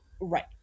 Right